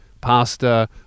pasta